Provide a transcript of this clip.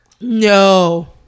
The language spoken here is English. No